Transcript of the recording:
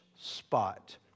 spot